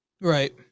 Right